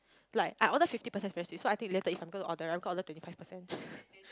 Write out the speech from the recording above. like I ordered fifty percent it's very sweet so I think later if I'm gonna order right I'm gonna order twenty five percent